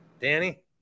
Danny